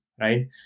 right